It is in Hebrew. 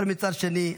אבל מצד שני,